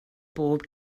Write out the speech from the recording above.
bob